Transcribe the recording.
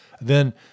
Then-